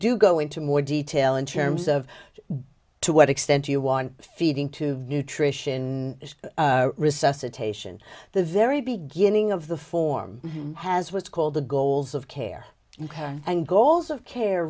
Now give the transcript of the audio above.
do go into more detail in terms of to what extent you want feeding to nutrition resuscitation the very beginning of the form has what's called the goals of care and goals of care